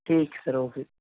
ٹھیک sir okay